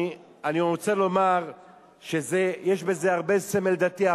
אני רוצה לומר שיש בזה הרבה סמל דתי,